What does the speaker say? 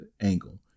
Angle